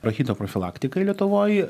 rachito profilaktikai lietuvoj